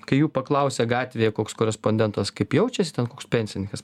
kai jų paklausia gatvėje koks korespondentas kaip jaučiasi ten koks pensininkas